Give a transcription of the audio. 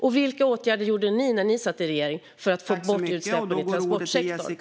Och vilka åtgärder vidtog ni när ni satt i regering för att få bort utsläppen i transportsektorn?